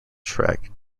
track